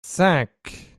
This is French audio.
cinq